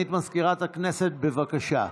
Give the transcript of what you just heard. סגנית מזכירת הכנסת, בבקשה.